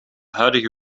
huidige